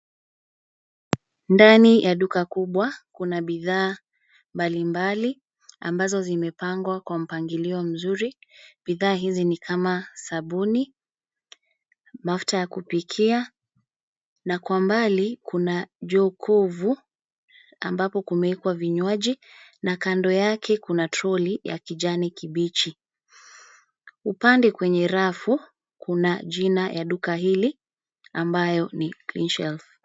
Ndani ya duka kubwa, kuna bidhaa, mbalimbali, ambazo zimepangwa kwa mpangilio mzuri. Bidhaa hizi ni kama: sabuni, mafuta ya kupikia. Na kwa mbali kuna jokovu, ambapo kumewekwa vinywaji, na kando yake kuna troli ya kijani kibichi. Upande kwenye rafu, kuna jina ya duka hili, ambayo ni Clean Shelf.